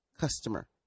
customer